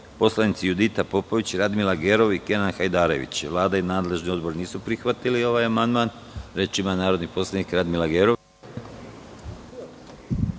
poslanici Judita Popović, Radmila Gerov i Kenan Hajdarević. Vlada i nadležni odbor nisu prihvatili ovaj amandman. Reč ima narodni poslanik Radmila Gerov.